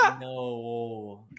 no